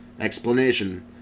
Explanation